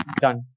done